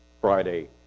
Friday